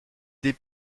des